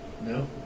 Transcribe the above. No